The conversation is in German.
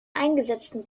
eingesetzten